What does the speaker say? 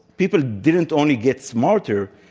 people didn't only get smarter.